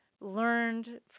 learned